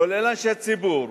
כולל אנשי ציבור,